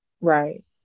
Right